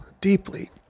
deeply